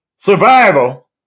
survival